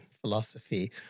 philosophy